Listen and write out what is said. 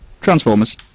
Transformers